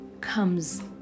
comes